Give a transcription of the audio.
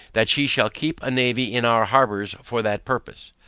that she shall keep a navy in our harbours for that purpose?